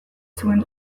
zuen